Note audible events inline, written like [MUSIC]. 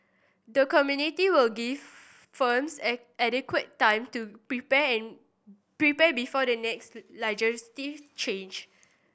the committee will give firms add adequate time to prepare [UNINTELLIGIBLE] prepare before the next legislative change